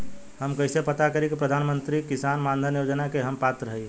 हम कइसे पता करी कि प्रधान मंत्री किसान मानधन योजना के हम पात्र हई?